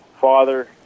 father